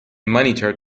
monitor